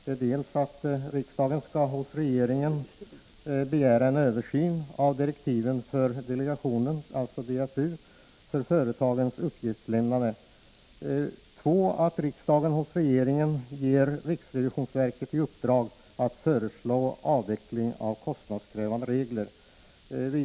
För det första att riksdagen skall hos regeringen begära en översyn av direktiven för delegationen för företagens uppgiftslämnande . För det andra att riksdagen anhåller att regeringen ger riksrevisionsverket i uppdrag att föreslå avveckling av kostnadskrävande regleringar.